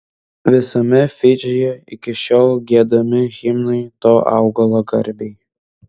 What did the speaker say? visame fidžyje iki šiol giedami himnai to augalo garbei